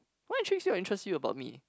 what intrigues you or interest you about me